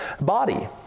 body